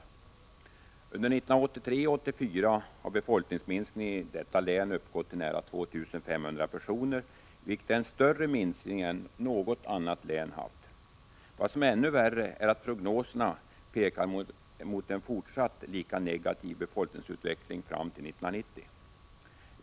Under 1983 och 1984 har befolkningsminskningen i detta län uppgått till nära 2 500 personer, vilket är en större minskning än något annat län haft. Vad som är än värre är att prognoserna pekar mot en fortsatt lika negativ befolkningsutveckling fram till 1990.